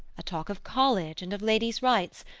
a talk of college and of ladies' rights,